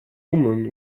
woman